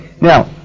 Now